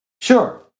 Sure